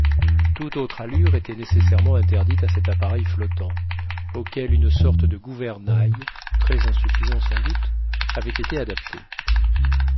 toute autre allure était nécessairement interdite à cet appareil flottant auquel une sorte de gouvernail très insuffisant sans doute avait été adapté